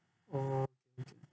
oh